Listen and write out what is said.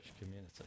community